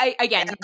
again